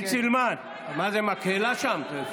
עידית סילמן, מה זה, מקהלה שם?